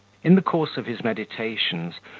in the course of his meditations,